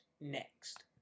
next